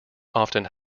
often